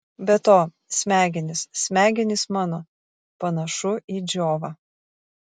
be to smegenys smegenys mano panašu į džiovą